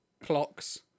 clocks